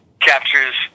captures